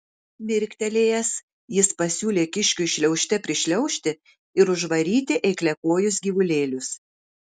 mirktelėjęs jis pasiūlė kiškiui šliaužte prišliaužti ir užvaryti eikliakojus gyvulėlius